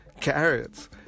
Carrots